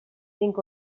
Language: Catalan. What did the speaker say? tinc